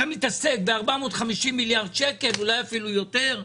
אתה מתעסק ב-450 מיליארד שקל, אולי אפילו יותר.